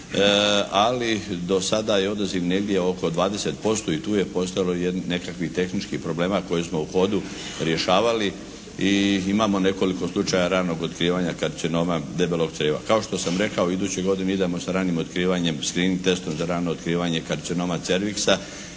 Ali do sada je odaziv negdje oko 20% i tu je postojalo nekakvih tehničkih problema koje smo u hodu rješavali i imamo nekoliko slučajeva ranog otkrivanja karcinoma debelog crijeva. Kao što sam rekao iduće godine idemo sa ranim otkrivanjem, screening testom za rano otkrivanje karcinoma cerviksa